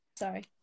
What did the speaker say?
Sorry